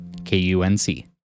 KUNC